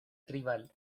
tribal